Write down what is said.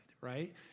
right